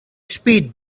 speed